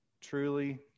truly